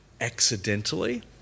accidentally